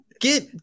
get